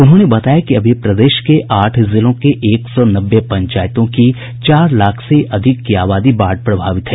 उन्होंने बताया कि अभी प्रदेश के आठ जिलों के एक सौ नब्बे पंचायतों की चार लाख से अधिक की आबादी बाढ़ प्रभावित है